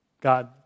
God